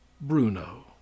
Bruno